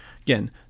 Again